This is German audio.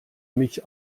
mich